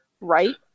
Right